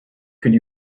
could